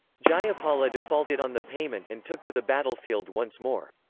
jayapala defaulted on the payment and took to the battlefield once more.